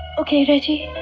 okay, reggie?